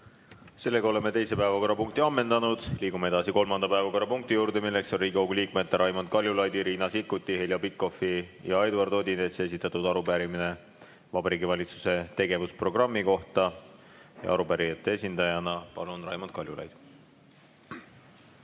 Oleme teise päevakorrapunkti ammendanud. Liigume edasi kolmanda päevakorrapunkti juurde, milleks on Riigikogu liikmete Raimond Kaljulaidi, Riina Sikkuti, Heljo Pikhofi ja Eduard Odinetsi esitatud arupärimine Vabariigi Valitsuse tegevusprogrammi kohta. Arupärijate esindajana Raimond Kaljulaid,